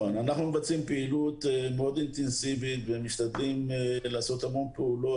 אנחנו מבצעים פעילות מאוד אינטנסיבית ומשתדלים לעשות המון פעולות.